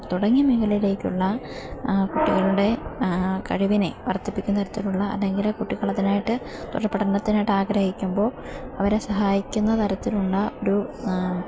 തുടങ്ങിയ മേഖലയിലേക്കുള്ള കുട്ടികളുടെ കഴിവിനെ വർദ്ധിപ്പിക്കുന്ന തരത്തിലുള്ള അല്ലെങ്കിൽ കുട്ടികളതിനായിട്ട് തുടർപഠനത്തിനായിട്ട് ആഗ്രഹിക്കുമ്പോൾ അവരെ സഹായിക്കുന്ന തരത്തിലുള്ള ഒരു